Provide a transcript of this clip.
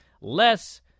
less